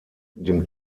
dem